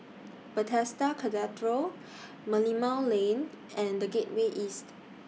Bethesda Cathedral Merlimau Lane and The Gateway East